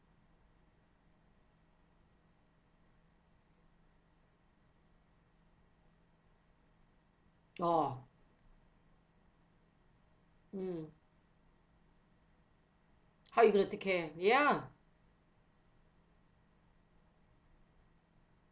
orh mm how you going to care ya